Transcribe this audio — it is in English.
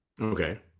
okay